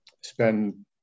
spend